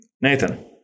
Nathan